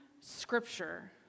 scripture